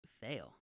fail